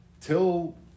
Till